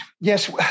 yes